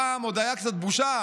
פעם עוד הייתה קצת בושה,